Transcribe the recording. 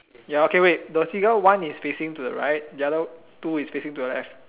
ya okay wait the seagull one is facing to the right the other two is facing to the left